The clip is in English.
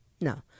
no